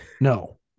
No